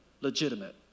legitimate